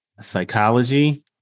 psychology